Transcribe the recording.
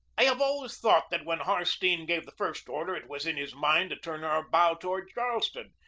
i have always thought that when harstene gave the first order it was in his mind to turn our bow toward charleston,